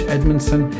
Edmondson